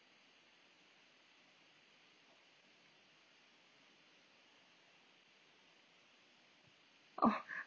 oh